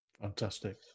fantastic